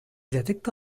detecta